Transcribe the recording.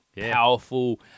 Powerful